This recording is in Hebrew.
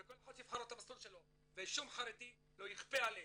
וכל אחד שיבחר לו את המסלול שלו ושום חרדי לא יכפה עליהם,